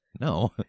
No